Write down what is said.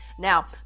Now